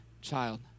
child